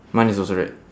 mine is also red